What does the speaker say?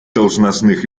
должностных